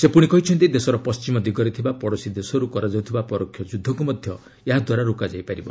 ସେ ପୁଣି କହିଛନ୍ତି ଦେଶର ପଣ୍ଢିମ ଦିଗରେ ଥିବା ପଡ଼ୋଶୀ ଦେଶରୁ କରାଯାଉଥିବା ପରୋକ୍ଷ ଯୁଦ୍ଧକୁ ମଧ୍ୟ ଏହା ଦ୍ୱାରା ରୋକାଯାଇ ପାରିବ